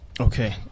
Okay